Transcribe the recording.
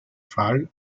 fall